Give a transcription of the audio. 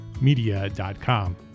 media.com